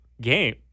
game